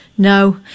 No